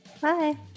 Bye